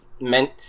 meant